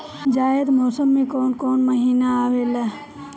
जायद मौसम में कौन कउन कउन महीना आवेला?